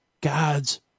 God's